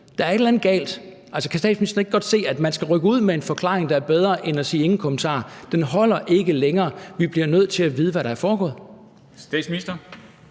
er et eller andet galt. Altså, kan statsministeren ikke godt se, at man skal rykke ud med en forklaring, der er bedre end at sige: Ingen kommentarer? Den holder ikke længere. Vi bliver nødt til at vide, hvad der er foregået.